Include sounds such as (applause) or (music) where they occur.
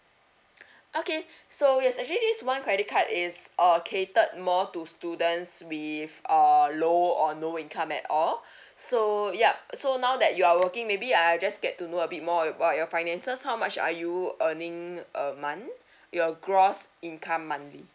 okay so yes actually this one credit card is uh catered more to students with uh low or no income at all (breath) so yup so now that you are working maybe I'll just get to know a bit more about your finances how much are you earning a month your gross income monthly